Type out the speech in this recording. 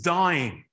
dying